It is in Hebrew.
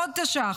עוד תש"ח,